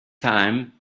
time